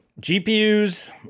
GPUs